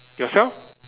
yourself